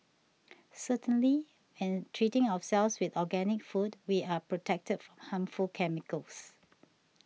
certainly when treating ourselves with organic food we are protected harmful chemicals